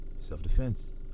Self-defense